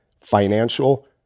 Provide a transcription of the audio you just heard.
financial